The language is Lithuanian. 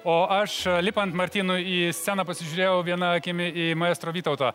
o aš lipant martynui į sceną pasižiūrėjau viena akimi į maestro vytautą